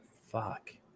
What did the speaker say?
fuck